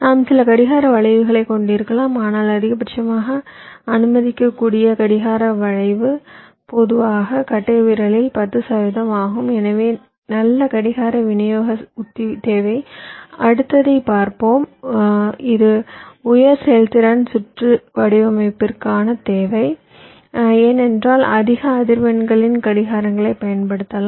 நாம் சில கடிகார வளைவுகளைக் கொண்டிருக்கலாம் ஆனால் அதிகபட்சமாக அனுமதிக்கக்கூடிய கடிகார வளைவு பொதுவாக கட்டைவிரல் 10 சதவிகிதம் ஆகும் எனவே நல்ல கடிகார விநியோக உத்தி தேவை அடுத்ததைப் பார்ப்போம் இது உயர் செயல்திறன் சுற்று வடிவமைப்பதற்கான தேவை ஏனென்றால் அதிக அதிர்வெண்களின் கடிகாரங்களைப் பயன்படுத்தலாம்